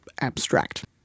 abstract